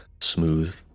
smooth